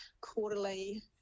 quarterly